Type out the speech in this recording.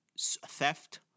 Theft